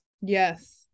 Yes